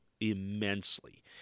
immensely